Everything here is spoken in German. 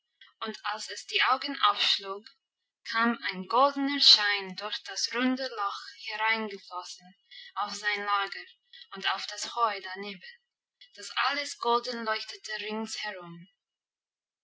und als es die augen aufschlug kam ein goldener schein durch das runde loch hereingeflossen auf sein lager und auf das heu daneben dass alles golden leuchtete ringsherum